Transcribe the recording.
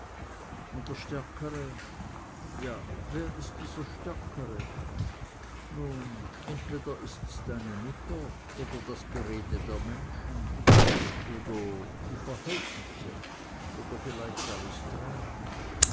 und der stärkre ja wer ist dieser stärkre nun entweder ist's deine mutter oder das gerede der menschen oder die verhältnisse oder vielleicht alles drei